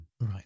right